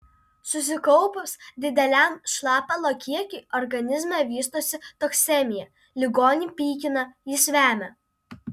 susikaupus dideliam šlapalo kiekiui organizme vystosi toksemija ligonį pykina jis vemia